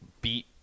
beat